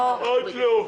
אוקיי.